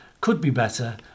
could-be-better